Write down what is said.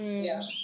ya